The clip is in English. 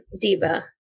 diva